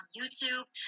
YouTube